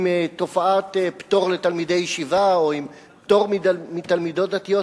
עם תופעת פטור לתלמידי ישיבה או עם פטור לתלמידות דתיות,